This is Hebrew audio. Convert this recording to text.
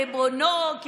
ריבונו של עולם,